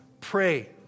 pray